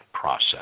process